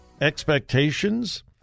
expectations